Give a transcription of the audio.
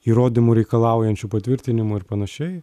įrodymų reikalaujančių patvirtinimų ir panašiai